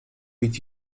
with